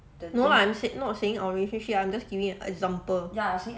no lah I'm say~ not saying our relationship I'm just giving an example